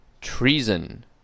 Treason*